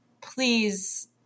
please